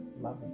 love